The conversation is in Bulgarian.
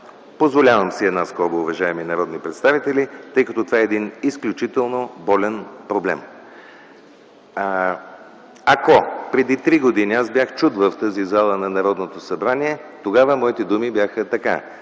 Позволявам си една скоба, уважаеми народни представители, тъй като това е един изключително болен проблем. Ако преди три години аз бях чут в тази зала на Народното събрание, тогава моите думи звучаха така: